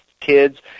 kids